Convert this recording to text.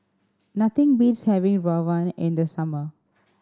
nothing beats having rawon in the summer